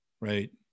right